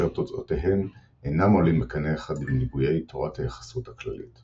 אשר תוצאותיהם אינם עולים בקנה אחד עם ניבויי תורת היחסות הכללית.